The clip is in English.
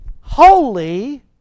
holy